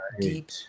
deep